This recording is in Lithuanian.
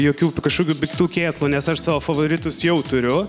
jokių kažkokių piktų kėslų nes aš savo favoritus jau turiu